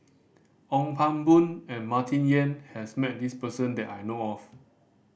Ong Pang Boon and Martin Yan has met this person that I know of